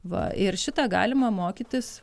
va ir šitą galima mokytis